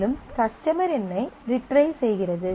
மேலும் கஸ்டமர் எண்ணை ரிட்ரைவ் செய்கிறது